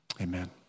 Amen